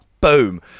Boom